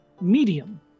medium